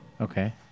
Okay